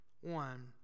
one